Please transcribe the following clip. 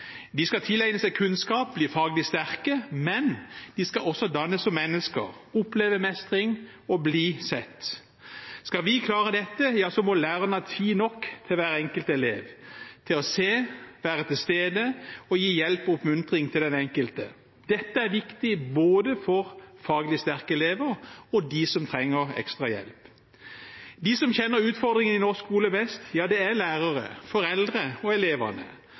De skal tilegne seg kunnskap, bli faglig sterke, men de skal også dannes som mennesker, oppleve mestring og bli sett. Skal vi klare dette, må lærerne ha tid nok til hver enkelt elev, til å se, være til stede og gi hjelp og oppmuntring til den enkelte. Dette er viktig både for faglig sterke elever og de som trenger ekstra hjelp. De som kjenner utfordringene i norsk skole best, er lærerne, foreldrene og elevene,